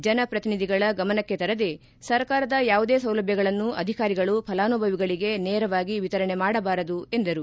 ಜನಪ್ರತಿನಿಧಿಗಳ ಗಮನಕ್ಕೆ ತರದೇ ಸರ್ಕಾರದ ಯಾವುದೇ ಸೌಲಭ್ದಗಳನ್ನು ಅಧಿಕಾರಿಗಳು ಪಲಾನುಭವಿಗಳಿಗೆ ನೇರವಾಗಿ ವಿತರಣೆ ಮಾಡಬಾರದು ಎಂದರು